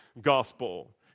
gospel